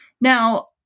Now